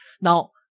Now